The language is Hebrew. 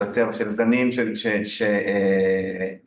בטר של זנים של ש... ש... אה...